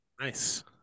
Nice